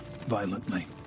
violently